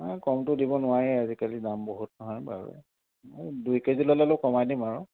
নাই কমটো দিব নোৱাৰি আজিকালি দাম বহুত নহয় বাৰু দুই কেজি ল'লে অলপ কমাই দিম আৰু